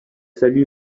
fallu